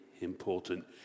important